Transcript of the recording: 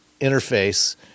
interface